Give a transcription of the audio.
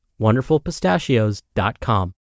wonderfulpistachios.com